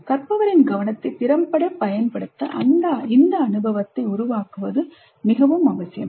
கற்பவரின் கவனத்தை திறம்பட பயன்படுத்த இந்த அனுபவத்தை உருவாக்குவது அவசியம்